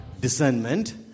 discernment